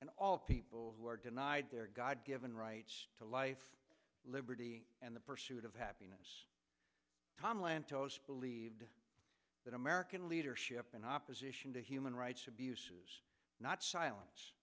and all people who are denied their god given rights to life liberty and the pursuit of happiness tom lantos believed that american leadership in opposition to human rights abuses not silence